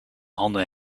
handen